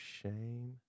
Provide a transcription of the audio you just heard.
shame